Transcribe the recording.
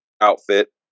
outfit